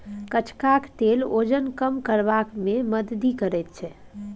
कचका तेल ओजन कम करबा मे मदति करैत छै